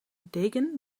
degen